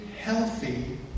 healthy